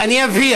טוב, אני אבהיר: